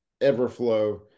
everflow